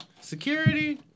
Security